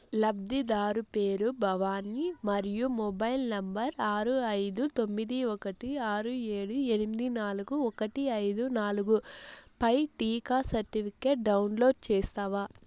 లబ్ధిదారు పేరు భవాని మరియు మొబైల్ నంబర్ ఆరు ఐదు తొమ్మిది ఒకటి ఆరు ఏడు ఎనిమిది నాలుగు ఒకటి ఐదు నాలుగు పై టీకా సర్టిఫికేట్ డౌన్లోడ్ చేస్తావా